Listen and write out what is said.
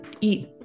eat